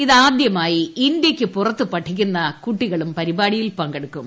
ഇതാദൃമായി ഇന്തൃയ്ക്ക് പുറത്ത് പഠിക്കുന്ന കുട്ടികളും പരിപാടിയിൽ പങ്കെടുക്കും